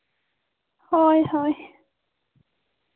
ᱦᱳᱭ ᱦᱳᱭ